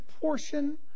portion